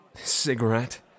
Cigarette